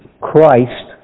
Christ